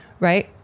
right